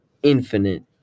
infinite